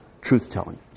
truth-telling